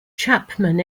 chapman